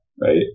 right